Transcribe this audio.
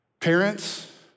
parents